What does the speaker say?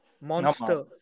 monster